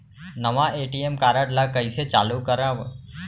नवा ATM card ल कइसे चालू करव?